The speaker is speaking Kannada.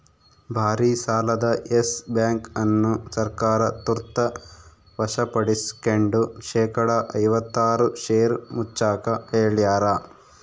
ಭಾರಿಸಾಲದ ಯೆಸ್ ಬ್ಯಾಂಕ್ ಅನ್ನು ಸರ್ಕಾರ ತುರ್ತ ವಶಪಡಿಸ್ಕೆಂಡು ಶೇಕಡಾ ಐವತ್ತಾರು ಷೇರು ಮುಚ್ಚಾಕ ಹೇಳ್ಯಾರ